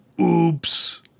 Oops